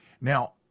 Now